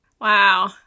Wow